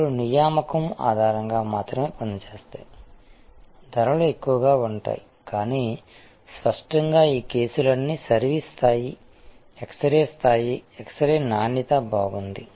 అప్పుడు నియామకం ఆధారంగా మాత్రమే పనిచేస్తాయి ధరలు ఎక్కువగా ఉంటాయి కానీ స్పష్టంగా ఈ కేసులన్నీ సర్వీసు స్తాయి ఎక్స్ రే స్తాయి ఎక్స్ రే నాణ్యత బాగుంది